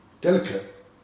delicate